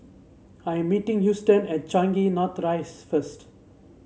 I meeting Houston at Changi North Rise first